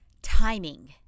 timing